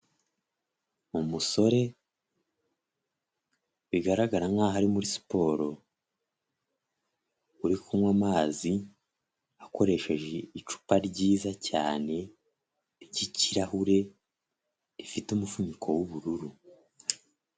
Umusore bigaragara nk'aho ari muri siporo, uri kunywa amazi akoresheje icupa ryiza cyane, ry'ikirahure, rifite umufuniko w'ubururu.